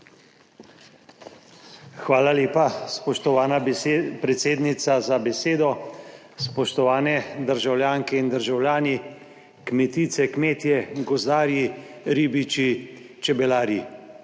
Hvala lepa, spoštovana predsednica, za besedo. Spoštovane državljanke in državljani, kmetice, kmetje, gozdarji, ribiči, čebelarji!